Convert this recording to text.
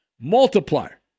multiplier